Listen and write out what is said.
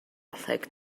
click